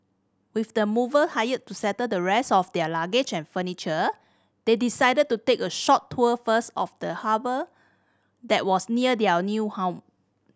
with the mover hired to settle the rest of their luggage and furniture they decided to take a short tour first of the harbour that was near their new home